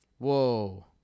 Whoa